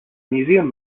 museum